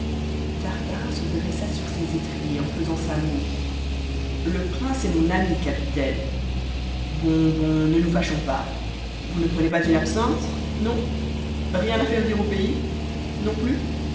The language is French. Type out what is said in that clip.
tartarin se dressa sur ses étriers en faisant sa moue le prince est mon ami capitaine bon bon ne nous fâchons pas vous ne prenez pas une absinthe non rien à faire dire au pays non plus